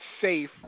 safe